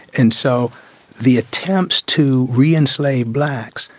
and so the attempts to re-enslave blacks,